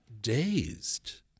dazed